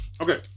Okay